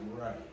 right